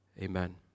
amen